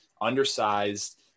undersized